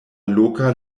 loka